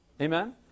Amen